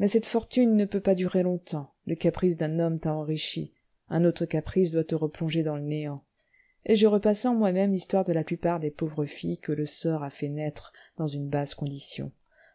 mais cette fortune ne peut pas durer longtemps le caprice d'un homme t'a enrichie un autre caprice doit te replonger dans le néant et je repassais en moi-même l'histoire de la plupart des pauvres filles que le sort a fait naître dans une basse condition